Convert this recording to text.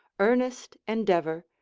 earnest endeavor,